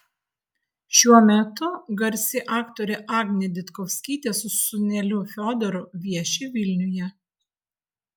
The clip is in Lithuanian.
šiuo metu garsi aktorė agnė ditkovskytė su sūneliu fiodoru vieši vilniuje